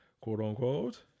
quote-unquote